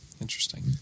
Interesting